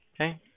okay